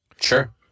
Sure